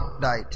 died